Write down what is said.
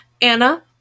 Anna